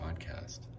podcast